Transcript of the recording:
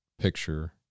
picture